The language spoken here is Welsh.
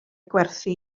gwerthu